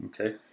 Okay